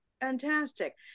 Fantastic